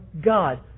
God